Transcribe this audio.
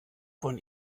von